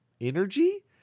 energy